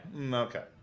Okay